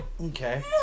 Okay